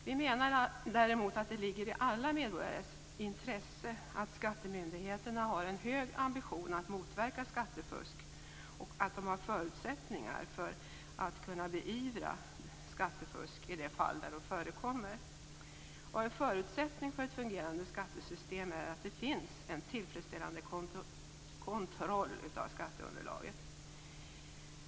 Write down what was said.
Vi menar däremot att det ligger i alla medborgares intresse att skattemyndigheterna har en hög ambition att motverka skattefusk och att de har förutsättningar för att beivra skattefusk i de fall där sådant förekommer. En förutsättning för ett fungerande skattesystem är att det finns en tillfredsställande kontroll av skatteunderlaget.